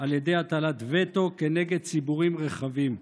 על ידי הטלת וטו כנגד ציבורים רחבים.